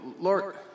Lord